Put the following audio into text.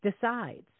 decides